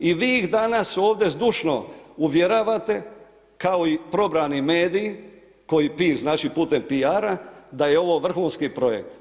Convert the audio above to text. I vi ih danas ovdje zdušno uvjeravate kao i probrani mediji koji putem PR-a da je ovo vrhunski projekt.